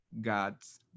God's